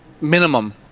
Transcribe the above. minimum